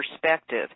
perspective